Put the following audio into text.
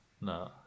No